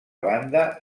banda